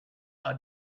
are